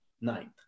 Ninth